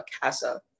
CASA